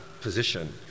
position